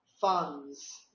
funds